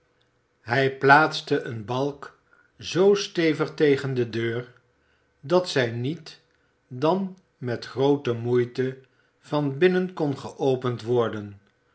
hij plaatste een balk zoo stevig tegen de deur dat zij niet dan met groote moeite van binnen kon geopend worden